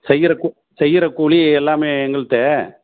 செய்கிற கூ செய்கிற கூலி எல்லாமே எங்கள்கிட்ட